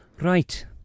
Right